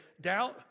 doubt